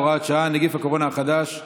(הוראת שעה, נגיף הקורונה החדש),